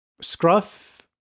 scruff